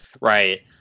Right